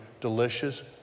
delicious